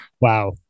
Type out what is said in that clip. wow